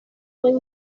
buen